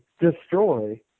destroy